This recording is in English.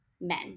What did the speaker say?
men